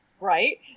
right